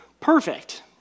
perfect